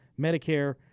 Medicare